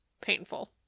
painful